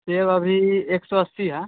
सेब अभी एक सए अस्सी हइ